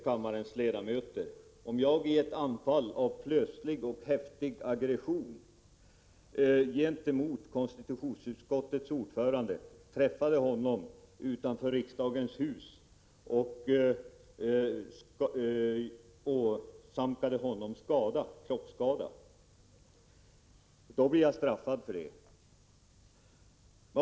Kammarens ledamöter får tänka sig att jag i ett anfall av plötslig och häftig aggression gentemot konstitutionsutskottets ordförande träffar honom utanför riksdagens hus och åsamkar honom kroppsskada. Jag blir då straffad för det.